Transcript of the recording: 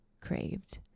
craved